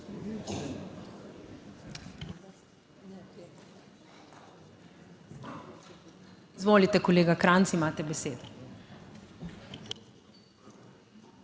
Izvolite, kolega Krajnc, imate besedo.